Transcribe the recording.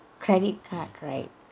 credit card right